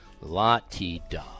la-ti-da